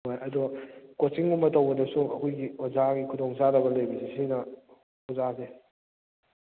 ꯍꯣꯏ ꯑꯗꯣ ꯀꯣꯆꯤꯡꯒꯨꯝꯕ ꯇꯧꯕꯗꯁꯨ ꯑꯩꯈꯣꯏꯒꯤ ꯑꯣꯖꯥꯒꯤ ꯈꯨꯗꯣꯡꯆꯥꯗꯕ ꯂꯩꯕꯁꯦ ꯁꯤꯅ ꯑꯣꯖꯁꯦ